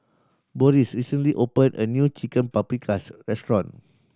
Boris recently opened a new Chicken Paprikas Restaurant